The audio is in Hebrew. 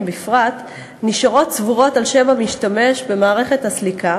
בפרט נשארות צבורות על שם המשתמש במערכת הסליקה,